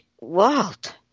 Walt